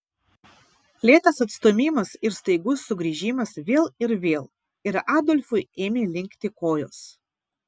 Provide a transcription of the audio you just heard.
lėtas atstūmimas ir staigus sugrįžimas vėl ir vėl ir adolfui ėmė linkti kojos